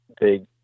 big